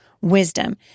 wisdom